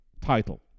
title